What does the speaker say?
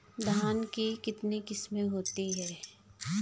धान की कितनी किस्में होती हैं?